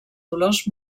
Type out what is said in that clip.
dolors